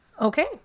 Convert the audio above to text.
Okay